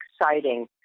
exciting